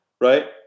right